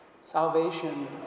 Salvation